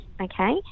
okay